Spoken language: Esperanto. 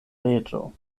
reĝo